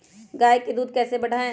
गाय का दूध कैसे बढ़ाये?